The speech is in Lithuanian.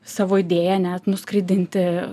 savo idėją net nuskraidinti